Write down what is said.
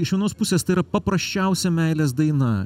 iš vienos pusės tai yra paprasčiausia meilės daina